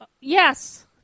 Yes